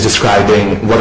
describing what